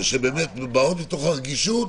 שבאות מתוך רגישות,